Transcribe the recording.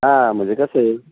हा म्हणजे कसं आहे